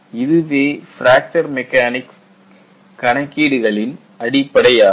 இதுவே fracture mechanic கணக்கீடுகளின் அடிப்படையாகும்